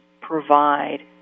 provide